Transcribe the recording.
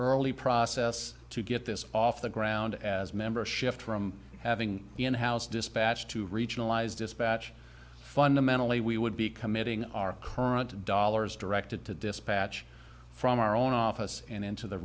early process to get this off the ground as members shift from having the in house dispatch to regionalize dispatch fundamentally we would be committing our current dollars directed to dispatch from our own office and into the